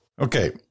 Okay